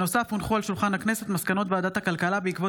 כמו כן הונחו על שולחן הכנסת מסקנות ועדת הכלכלה בעקבות